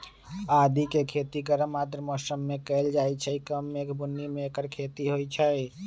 आदिके खेती गरम आर्द्र मौसम में कएल जाइ छइ कम मेघ बून्नी में ऐकर खेती होई छै